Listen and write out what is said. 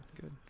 good